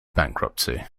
bankruptcy